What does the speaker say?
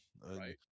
right